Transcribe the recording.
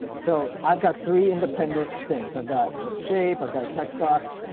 so i've got three independent things i've got a shape. i've got a text box,